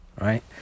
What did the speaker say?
right